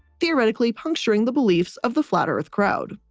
theoretically, puncturing the beliefs of the flat earth crowd.